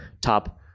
top